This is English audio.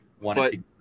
wanted